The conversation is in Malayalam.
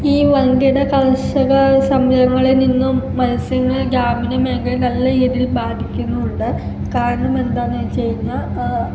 ഈ വൻകിട കർഷക സംരംഭങ്ങളിൽ നിന്നും മത്സ്യങ്ങൾ ഗ്രാമീണ മേഖലകളിൽ നല്ല രീതിയിൽ ബാധിക്കുന്നുണ്ട് കാരണം എന്താണെന്ന് വച്ച് കഴിഞ്ഞാൽ